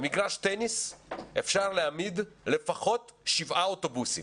במגרש טניס אפשר להעמיד לפחות שבעה אוטובוסים